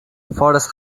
forest